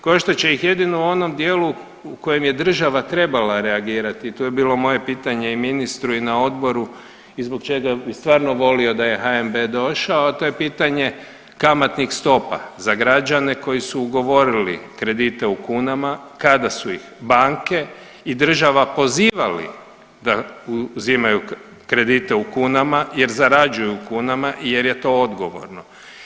Koštat će ih jedino u onom dijelu u kojem je država trebala reagirati i to je bilo moje pitanje ministru i na odboru i zbog čega bi stvarno volio da je HNB došao, a to je pitanje kamatnih stopa za građane koji su ugovorili kredite u kunama, kada su ih banke i država pozivali da uzimaju kredite u kunama jer zarađuju u kunama jer je to odgovorno.